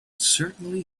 certainly